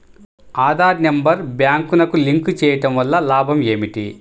Aadhaar number బ్యాంక్నకు link చేయుటవల్ల లాభం ఏమిటి?